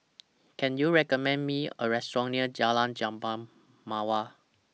Can YOU recommend Me A Restaurant near Jalan Jambu Mawar